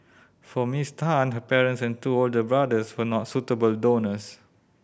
for Miss Tan her parents and two older brothers were not suitable donors